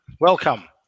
welcome